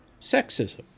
Sexism